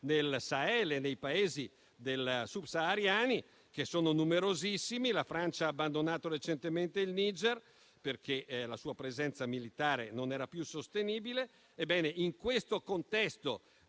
nel Sahel e nei Paesi subsahariani che sono numerosissimi. Ricordo che la Francia ha abbandonato recentemente il Niger, perché la sua presenza militare non era più sostenibile. Ebbene, in questo contesto